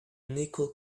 unequal